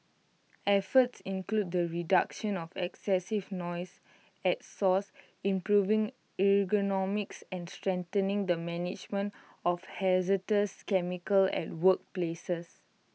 efforts include the reduction of excessive noise at source improving ergonomics and strengthening the management of hazardous chemicals at workplaces